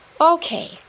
Okay